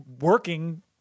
working